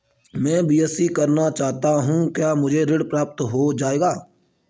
मैं बीएससी करना चाहता हूँ क्या मुझे ऋण प्राप्त हो जाएगा?